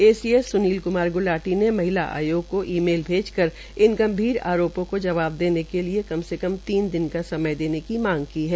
ACS Sunil Kumar Gulati ने महिला आयोग को ई मेल भेजकर इन गंभीर आरोपों के जवाब देने के लिए कम से कम तीन दिन का समय देने की मांग की है